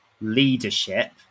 leadership